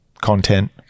content